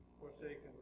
forsaken